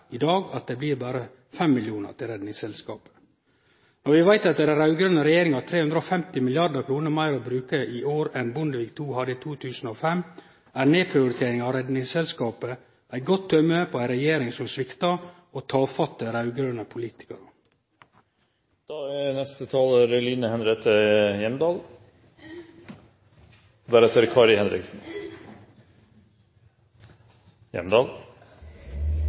i dag at det blir berre 5 mill. kr til Redningsselskapet. Når vi veit at den raud-grøne regjeringa har 350 mrd. kr meir å bruke i år enn Bondevik II hadde i 2005, er nedprioriteringa av Redningsselskapet eit godt døme på ei regjering som sviktar, og på tafatte